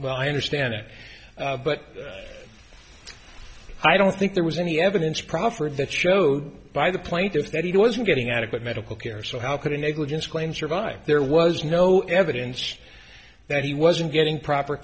well i understand it but i don't think there was any evidence proffered that showed by the plaintiff that he wasn't getting adequate medical care so how could a negligence claim survive there was no evidence that he wasn't getting proper